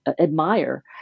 admire